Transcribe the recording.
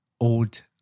old